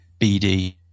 BD